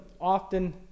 often